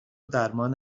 درمان